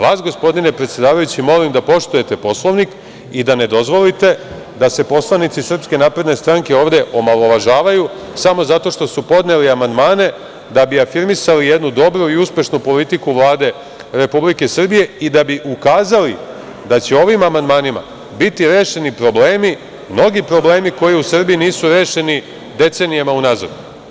Vas gospodine predsedavajući molim da poštujete Poslovnik i da ne dozvolite da se poslanici SNS ovde omalovažavaju, samo zato što su podneli amandmane da bi afirmisali jednu dobru i uspešnu politiku Vlade Republike Srbije i da bi ukazali da će ovim amandmanima biti rešeni problemi, mnogi problemi, koji u Srbiji nisu rešeni decenijama unazad.